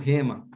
Rema